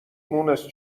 مونس